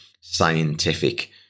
scientific